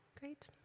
Great